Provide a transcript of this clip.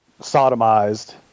sodomized